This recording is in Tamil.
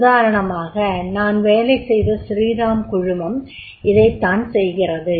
உதாரணமாக நான் வேலை செய்த ஸ்ரீராம் குழுமம் இதைத் தான் செய்கின்றது